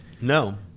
No